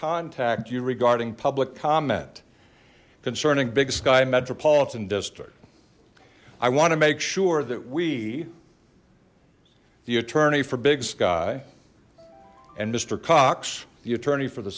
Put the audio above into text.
contact you regarding public comment concerning big sky metropolitan district i want to make sure that we the attorney for big sky and mister cox the attorney for the